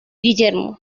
guillermo